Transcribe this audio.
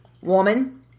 woman